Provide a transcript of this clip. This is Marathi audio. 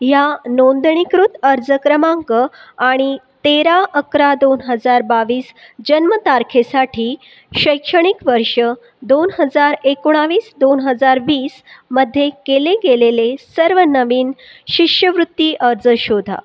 ह्या नोंदणीकृत अर्ज क्रमांक आणि तेरा अकरा दोन हजार बावीस जन्मतारखेसाठी शैक्षणिक वर्ष दोन हजार एकोणवीस दोन हजार वीसमध्ये केले गेलेले सर्व नवीन शिष्यवृत्ती अर्ज शोधा